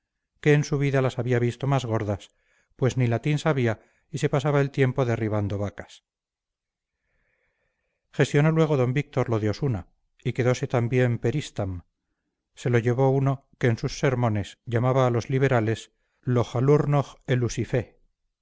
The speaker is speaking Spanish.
que en su vida las había visto más gordas pues ni latín sabía y se pasaba el tiempo derribando vacas gestionó luego d víctor lo de osuna y quedose también per istam se lo llevó uno que en sus sermones llamaba a los liberales loj alurnoj e lusifé